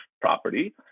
property